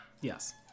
Yes